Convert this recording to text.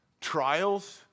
trials